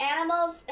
Animals